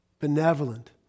benevolent